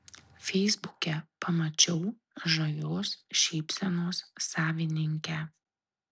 feisbuke pamačiau žavios šypsenos savininkę